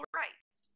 rights